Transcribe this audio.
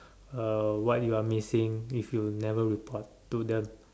uh what you are missing if you never report to them